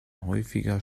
häufiger